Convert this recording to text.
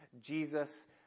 Jesus